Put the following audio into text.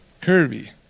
Kirby